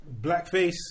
Blackface